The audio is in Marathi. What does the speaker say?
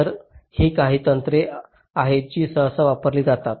तर ही काही तंत्रे आहेत जी सहसा वापरली जातात